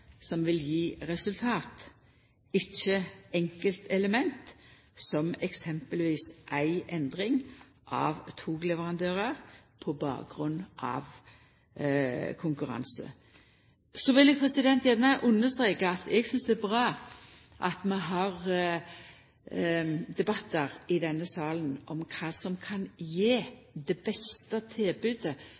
som vil gje resultat – ikkje enkeltelement som f.eks. ei endring av togleverandørar på bakgrunn av konkurranse. Så vil eg gjerne understreka at eg synest det er bra at vi har debattar i denne salen om kva som kan gje det beste tilbodet